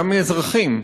גם מאזרחים,